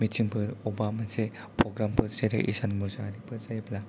मिथिं फोर अबेबा मोनसे प्रग्राम फोर जेरै ईशान मुसाहारीफोर जायोब्ला